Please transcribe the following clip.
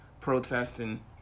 protesting